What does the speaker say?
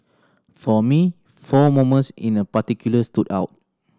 for me four moments in a particular stood out